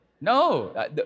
No